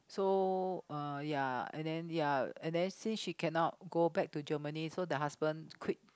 so uh ya and then ya and then since she cannot go back to Germany so the husband quit